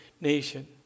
nation